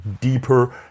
deeper